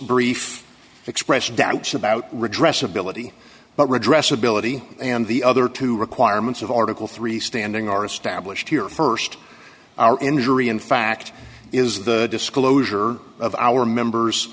brief expression doubts about redress ability but redress ability and the other two requirements of article three standing are established here first are injury in fact is the disclosure of our members